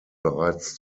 bereits